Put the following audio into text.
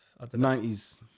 90s